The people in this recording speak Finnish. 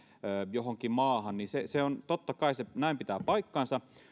johonkin maahan totta kai pitää paikkansa